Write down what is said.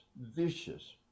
vicious